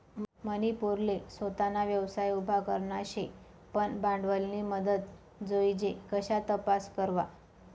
मनी पोरले सोताना व्यवसाय उभा करना शे पन भांडवलनी मदत जोइजे कशा तपास करवा?